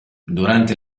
durante